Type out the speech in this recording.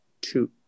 two